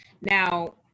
Now